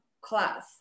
class